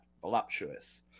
voluptuous